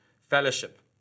fellowship